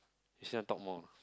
you still can talk more ah